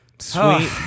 Sweet